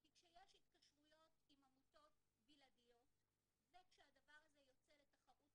כי כשיש התקשרויות עם עמותות בלעדיות וכשהדבר הזה יוצא לתחרות